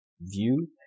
view